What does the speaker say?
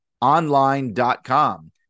online.com